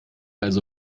also